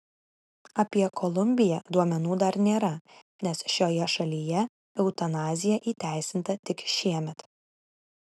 apie kolumbiją duomenų dar nėra nes šioje šalyje eutanazija įteisinta tik šiemet